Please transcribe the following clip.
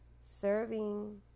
serving